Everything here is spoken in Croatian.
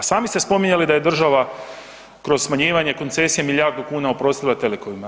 A sami ste spominjali da je država kroz smanjivanje koncesije milijardu kuna oprostila telekomima.